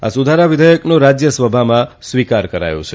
આ સુધારા વિધેયકનો રાજ્યસભામાં સ્વીકાર કરાયો છે